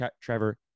Trevor